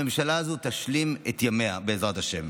הממשלה הזו תשלים את ימיה, בעזרת השם.